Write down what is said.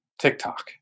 TikTok